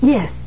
Yes